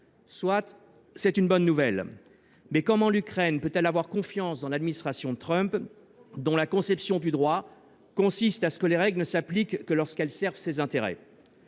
Soit. C’est une bonne nouvelle, mais comment l’Ukraine peut elle avoir confiance dans l’administration Trump, dont la conception du droit consiste à ce que les règles ne s’appliquent que lorsqu’elles servent ses intérêts ?